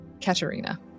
Katerina